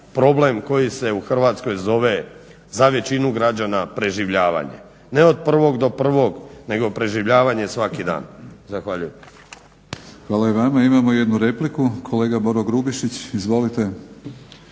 problem koji se u Hrvatskoj zove za većinu građana preživljavanje ne od prvog do prvog nego preživljavanje svaki dan. Zahvaljujem. **Batinić, Milorad (HNS)** Hvala i vama. Imamo jednu repliku, kolega Boro Grubišić. Izvolite.